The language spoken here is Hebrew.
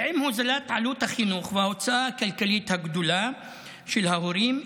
עם הורדת עלות החינוך וההוצאה הכלכלית הגדולה של ההורים,